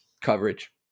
coverage